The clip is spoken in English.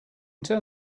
turn